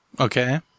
Okay